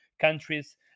countries